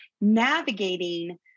navigating